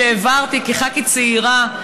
שהעברתי כח"כית צעירה,